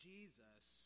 Jesus